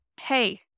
hey